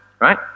right